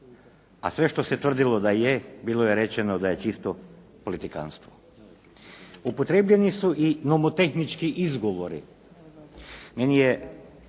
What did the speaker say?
a sve što se tvrdilo da je, bilo je rečeno da je čisto politikantstvo. Upotrijebljeni su i nomotehnički izgovori.